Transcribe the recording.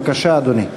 בבקשה, אדוני.